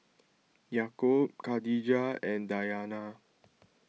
Yaakob Khadija and Dayana